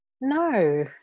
No